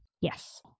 Yes